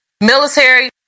Military